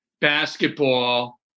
basketball